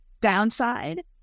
downside